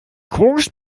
koks